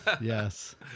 Yes